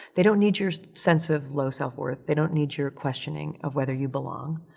they don't need your sense of low self worth, they don't need your questioning of whether you belong.